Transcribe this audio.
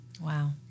Wow